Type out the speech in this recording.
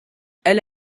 elle